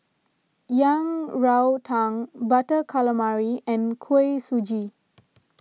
Yang Rou Tang Butter Calamari and Kuih Suji